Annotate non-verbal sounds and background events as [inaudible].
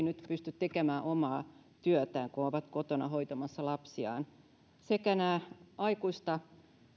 [unintelligible] nyt pysty tekemään omaa työtään kun ovat kotona hoitamassa lapsiaan sekä nämä aikuista